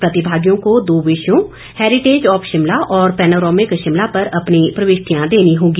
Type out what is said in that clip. प्रतिभागियों को दो विषयों हैरिटेज ऑफ शिमला और पैनोरमिक शिमला पर अपनी प्रविष्टियां देनी होगी